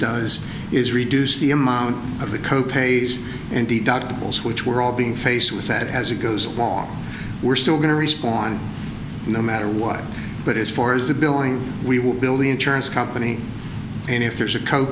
does is reduce the amount of the co pays and deductibles which were all being faced with that as it goes along we're still going to respond no matter what but as far as the billing we will build the insurance company and if there's a co